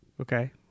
Okay